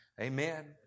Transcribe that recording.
Amen